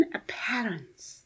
appearance